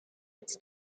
its